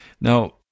Now